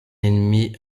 ennemi